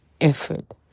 effort